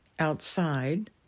outside